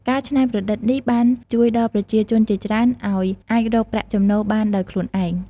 ការច្នៃប្រឌិតនេះ បានជួយដល់ប្រជាជនជាច្រើនឱ្យអាចរកប្រាក់ចំណូលបានដោយខ្លួនឯង។